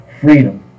freedom